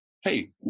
hey